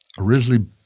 originally